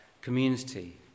community